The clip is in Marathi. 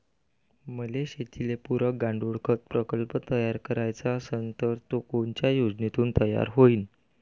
मले शेतीले पुरक गांडूळखत प्रकल्प तयार करायचा असन तर तो कोनच्या योजनेतून तयार होईन?